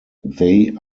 they